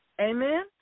Amen